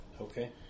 Okay